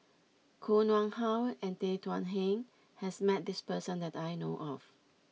Koh Nguang How and Tan Thuan Heng has met this person that I know of